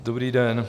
Dobrý den.